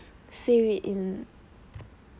save it in